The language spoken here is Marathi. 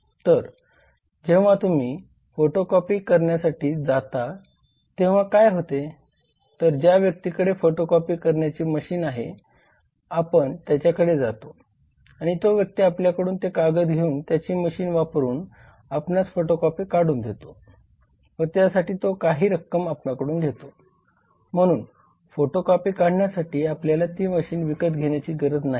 तर जेंव्हा तुम्ही फोटोकॉपी करण्यासाठी जात तेंव्हा काय होते तर ज्या व्यक्तीकडे फोटोकॉपी करण्याची मशीन आहे आपण त्याच्याकडे जातो आणि तो व्यक्ती आपल्याकडून ते कागद घेऊन त्याची मशीन वापरून आपणास फोटोकॉपी काढून देतो व त्यासाठी तो काही रक्कम आपणाकडून घेतो म्हणून फोटोकॉपी काढण्यासाठी आपल्याला ती मशीन विकत घेण्याची गरज नाही